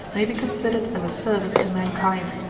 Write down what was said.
may be considered as a service to mankind.